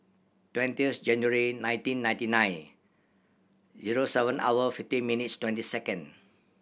twentieth January nineteen ninety nine zero seven hour fifty minutes twenty second